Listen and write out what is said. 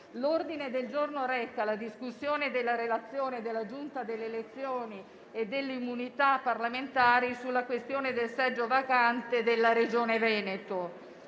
nominale con scrutinio simultaneo della relazione della Giunta delle elezioni e delle immunità parlamentari sulla questione del seggio vacante nella Regione Veneto.